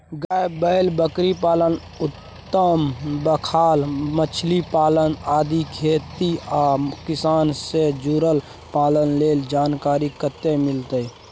गाय, बैल, बकरीपालन, बत्तखपालन, मछलीपालन आदि खेती आ किसान से जुरल पालन लेल जानकारी कत्ते मिलत?